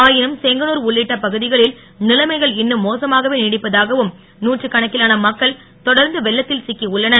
ஆயினும் செங்கனூர் உள்ளிட்ட பகுதிகளில் நிலைமைகள் இன்னும் மோசமாகவே நீடிப்பதாகவும் நூற்றுக் கணக்கிலான மக்கள் தொடர்ந்து வெள்ளத்தில் சிக்கி உள்ளனர்